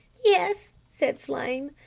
yes, said flame.